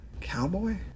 cowboy